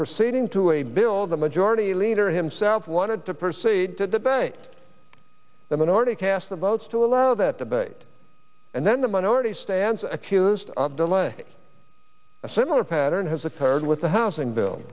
proceeding to a bill the majority leader himself wanted to proceed to debate the minority cast the votes to allow that debate and then the minority stands accused of delay a similar pattern has occurred with the housing bill